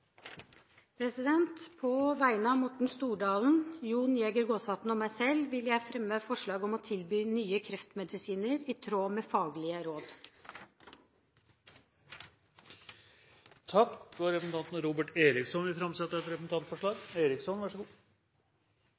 På vegne av Morten Stordalen, Jon Jæger Gåsvatn og meg selv vil jeg fremme forslag om å tilby nye kreftmedisiner i tråd med faglige råd. Representanten Robert Eriksson vil framsette et representantforslag.